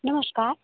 નમસ્કાર